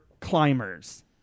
climbers